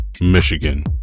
Michigan